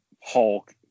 Hulk